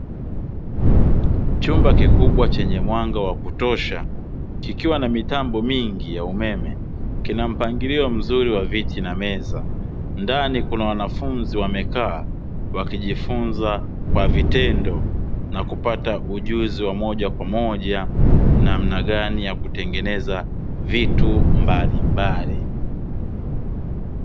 Chumba kikubwa chenye mwanga wa kutosha kikiwa na mitambo mingi ya umeme, kina mpangilio mzuri wa viti na meza, ndani kuna wanafunzi wamekaa wakijifunza kwa vitendo na kupata ujuzi wa moja kwa moja, namna namna gani ya kutengeneza vitu mbalimbali.